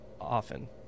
often